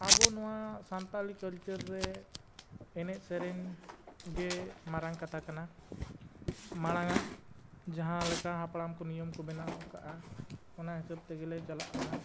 ᱟᱵᱚ ᱱᱚᱣᱟ ᱥᱟᱱᱛᱟᱤ ᱠᱟᱞᱪᱟᱨ ᱨᱮ ᱮᱱᱮᱡᱼᱥᱮᱨᱮᱧ ᱜᱮ ᱢᱟᱨᱟᱝ ᱠᱟᱛᱷᱟ ᱠᱟᱱᱟ ᱢᱟᱲᱟᱝ ᱟᱜ ᱡᱟᱦᱟᱸᱞᱮᱠᱟ ᱦᱟᱯᱲᱟᱢ ᱠᱚ ᱱᱤᱭᱚᱢ ᱠᱚ ᱵᱮᱱᱟᱣ ᱟᱠᱟᱫᱼᱟ ᱚᱱᱟ ᱦᱤᱥᱟᱹᱵᱽ ᱛᱮᱜᱮᱞᱮ ᱪᱟᱞᱟᱜ ᱠᱟᱱᱟ